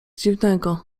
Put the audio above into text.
dziwnego